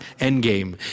Endgame